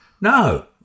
No